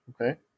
okay